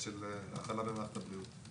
של החלה במערכת הבריאות.